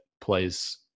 plays